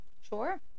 Sure